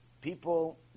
people